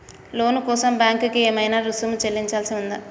లోను కోసం బ్యాంక్ కి ఏమైనా రుసుము చెల్లించాల్సి ఉందా?